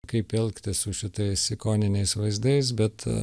kaip elgtis su šitais ikoniniais vaizdais bet